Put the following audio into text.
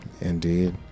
Indeed